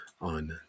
on